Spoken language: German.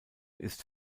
ist